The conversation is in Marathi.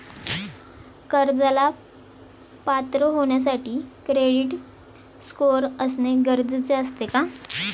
कर्जाला पात्र होण्यासाठी क्रेडिट स्कोअर असणे गरजेचे असते का?